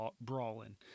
brawling